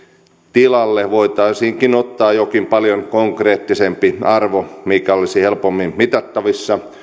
tilalle voitaisiinkin ottaa jokin paljon konkreettisempi arvo mikä olisi helpommin mitattavissa